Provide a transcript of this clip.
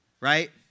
Right